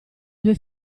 due